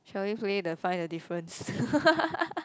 shall we play the find the difference